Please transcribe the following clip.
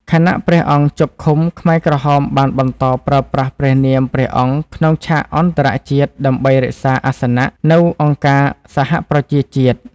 ខណៈព្រះអង្គជាប់ឃុំ ខ្មែរក្រហមបានបន្តប្រើប្រាស់ព្រះនាមព្រះអង្គក្នុងឆាកអន្តរជាតិដើម្បីរក្សាអាសនៈនៅអង្គការសហប្រជាជាតិ។